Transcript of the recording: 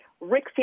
Rick